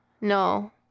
no